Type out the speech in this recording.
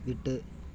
விட்டு